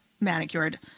manicured